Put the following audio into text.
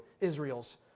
Israel's